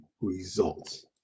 results